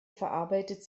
verarbeitet